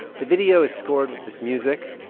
the video is scored with this music.